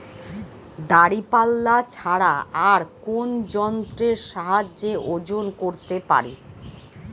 দাঁড়িপাল্লা ছাড়া আর কোন যন্ত্রের সাহায্যে ওজন করতে পারি?